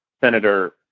Senator